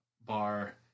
bar